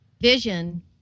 vision